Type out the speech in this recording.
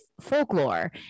folklore